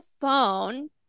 phone